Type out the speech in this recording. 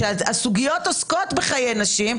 כשהסוגיות עוסקות בחיי נשים,